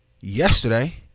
yesterday